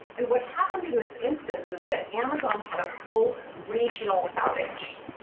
and what happened in this instance is that amazon had a full regional outage.